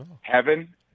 Heaven